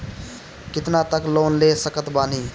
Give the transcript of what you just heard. कितना तक लोन ले सकत बानी?